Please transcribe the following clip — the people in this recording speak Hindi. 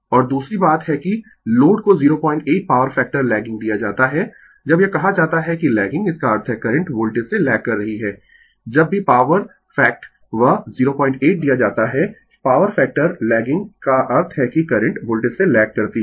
और दूसरी बात है कि लोड को 08 पॉवर फैक्टर लैगिंग दिया जाता है जब यह कहा जाता है कि लैगिंग इसका अर्थ है करंट वोल्टेज से लैग कर रही है जब भी पॉवर फैक्ट वह 08 दिया जाता है पॉवर फैक्टर लैगिंग का अर्थ है कि करंट वोल्टेज से लैग करती है